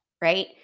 right